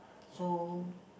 so